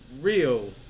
real